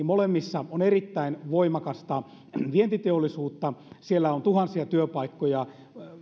molemmissa on erittäin voimakasta vientiteollisuutta siellä on tuhansia työpaikkoja